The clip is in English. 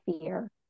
fear